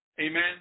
Amen